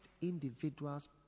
individuals